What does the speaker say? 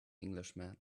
englishman